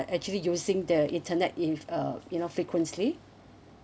actually using the internet if uh you know frequently